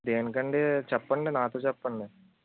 దేనికి అండి చెప్పండి నాతో చెప్పండి